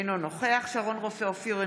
אינו נוכח שרון רופא אופיר,